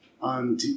on